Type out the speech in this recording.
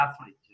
athlete